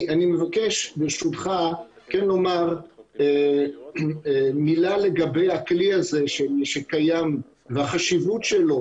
אני מבקש ברשותך כן לומר מילה לגבי הכלי הזה שקיים והחשיבות שלו,